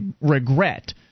regret